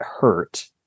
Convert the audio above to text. hurt